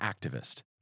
activist